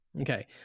Okay